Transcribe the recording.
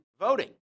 voting